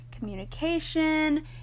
communication